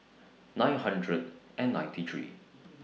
nine hundred and ninety three